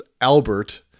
Albert